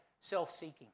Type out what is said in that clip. self-seeking